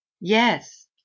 Yes